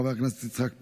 חבר הכנסת יצחק פינדרוס,